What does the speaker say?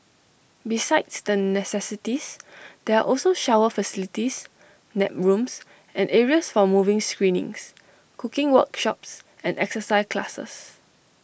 besides the necessities there are also shower facilities nap rooms and areas for movie screenings cooking workshops and exercise classes